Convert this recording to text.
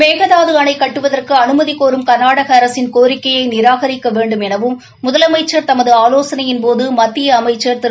மேகதாது அணை கட்டுவதற்கு அனுமதி கோரும் கர்நாடக அரசின் கோரிக்கையை நிராகரிக்க வேண்டும் எனவும் முதல்மக்சர் தமது ஆலோசனையின்போது மத்திய அமைச்சர் திரு